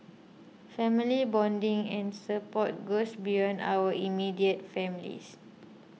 family bonding and support goes beyond our immediate families